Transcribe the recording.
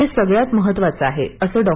हे सगळ्यात महत्त्वाचं आहे असं डॉ